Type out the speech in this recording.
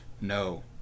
no